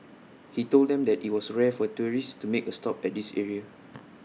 he told them that IT was rare for tourists to make A stop at this area